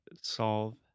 solve